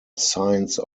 science